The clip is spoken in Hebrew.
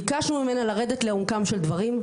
ביקשנו ממנה לרדת לעומקם של דברים,